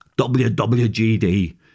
WWGD